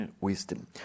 wisdom